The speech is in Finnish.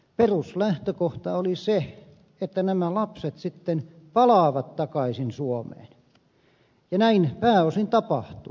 peruslähtökohta oli se että nämä lapset sitten palaavat takaisin suomeen ja näin pääosin tapahtui